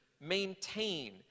maintain